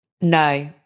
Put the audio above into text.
No